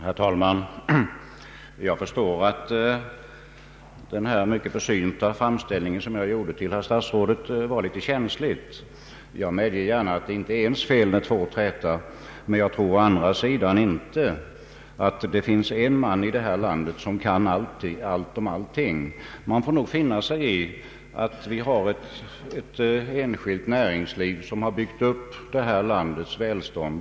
Herr talman! Jag förstår att den mycket försynta framställning som jag gjorde till herr statsrådet var litet känslig, och jag medger gärna att det inte är ens fel när två träter. Men å andra sidan tror jag inte att det finns en man i detta land som kan allting. Man får finna sig i att vi har ett enskilt näringsliv som byggt upp det här landets välstånd.